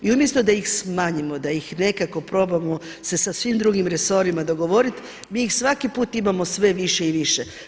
I umjesto da ih smanjimo da ih nekako probamo se sa svim drugim resorima dogovoriti, mi ih svaki puta imamo sve više i više.